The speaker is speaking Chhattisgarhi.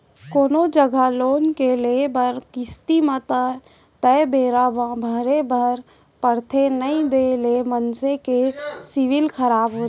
कोनो जघा लोन के लेए म किस्ती ल तय बेरा म भरे बर परथे नइ देय ले मनसे के सिविल खराब हो जाथे